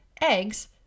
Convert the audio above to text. eggs